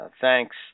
thanks